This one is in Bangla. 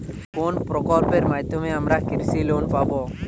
কোন প্রকল্পের মাধ্যমে আমরা কৃষি লোন পাবো?